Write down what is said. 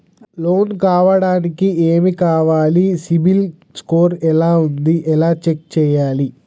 Loan కావడానికి ఏమి కావాలి సిబిల్ స్కోర్ ఎలా ఉంది ఎలా చెక్ చేయాలి?